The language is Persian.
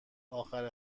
اخر